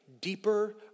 deeper